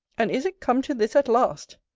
and is it come to this at last!